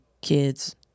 kids